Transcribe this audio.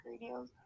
radios